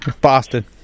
Boston